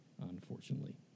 unfortunately